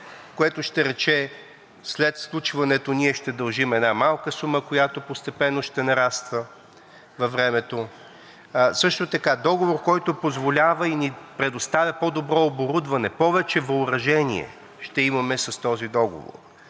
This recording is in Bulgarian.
което ще рече, след сключването ние ще дължим една малка сума, която постепенно ще нараства във времето. Също така договор, който позволява и ни предоставя по-добро оборудване, повече въоръжение ще имаме с този договор,